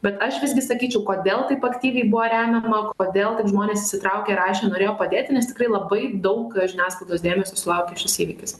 bet aš visgi sakyčiau kodėl taip aktyviai buvo remiama kodėl taip žmonės įsitraukė rašė norėjo padėti nes tikrai labai daug žiniasklaidos dėmesio sulaukė šis įvykis